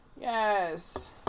Yes